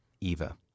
Eva